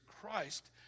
Christ